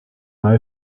mai